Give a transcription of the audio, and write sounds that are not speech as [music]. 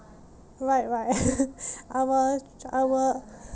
right right [laughs] I will I will